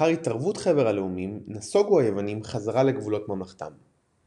לאחר התערבות חבר הלאומים נסוגו היוונים חזרה לגבולות ממלכתם.